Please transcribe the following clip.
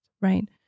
right